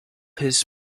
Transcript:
his